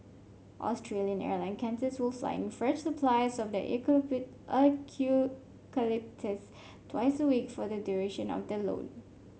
Australian Airline Qantas will fly in fresh supplies of eucalyptus twice week for the duration of the loan